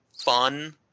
fun